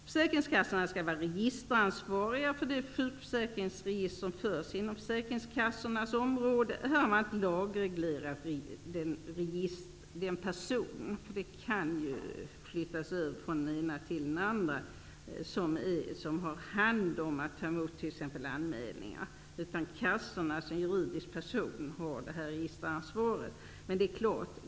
Försäkringskassorna skall vara registeransvariga för de sjukförsäkringsregister som förs inom försäkringskassornas område. Här har man inte lagreglerat om den person som för registren. Uppgiften kan ju flyttas över från den ena till den andra. Det kan t.ex. gälla den som har att ta emot anmälningar. Det är försäkringskassorna som juridisk person som har detta registeransvar.